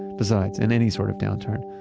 besides, in any sort of downturn,